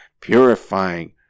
purifying